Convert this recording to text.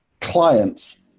clients